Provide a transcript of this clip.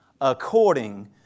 according